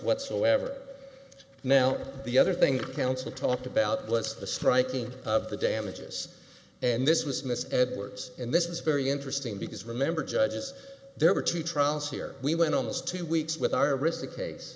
whatsoever now the other thing counsel talked about lets the striking of the damages and this was mis edwards and this is very interesting because remember judges there were two trials here we went almost two weeks with our wrists a case